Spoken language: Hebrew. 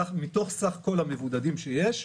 מתוך סך כול המבודדים שיש,